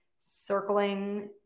circling